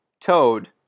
Toad